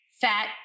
fat